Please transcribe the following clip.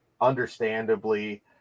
understandably